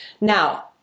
Now